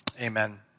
amen